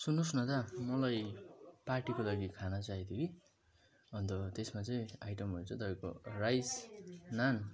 सुन्नुहोस् न दा मलाई पार्टीको लागि खाना चाहिएको थियो कि अन्त त्यसमा चाहिँ आइटमहरू चाहिँ तपाईँको राइस नान